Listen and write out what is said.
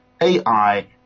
AI